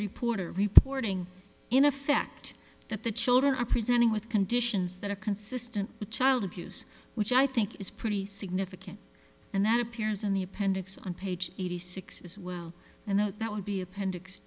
reporter reply in effect that the children are presenting with conditions that are consistent with child abuse which i think is pretty significant and that appears in the appendix on page eighty six as well and that would be appendix